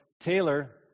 Taylor